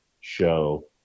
show